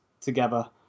together